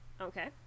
Okay